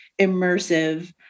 immersive